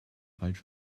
falsch